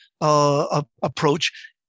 approach